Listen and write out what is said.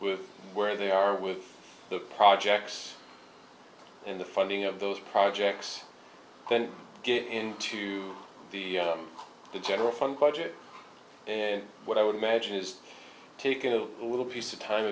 with where they are with the projects and the funding of those projects then get into the general fund budget and what i would imagine is taking a little piece of time